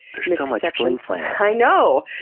there's so much flimflam! i know!